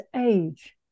age